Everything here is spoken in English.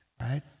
right